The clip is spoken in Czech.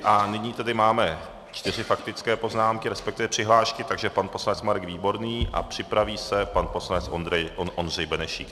A nyní tedy máme čtyři faktické poznámky, resp. přihlášky, takže pan poslanec Marek Výborný a připraví se pan poslanec Ondřej Benešík.